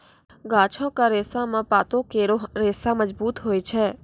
गाछो क रेशा म पातो केरो रेशा मजबूत होय छै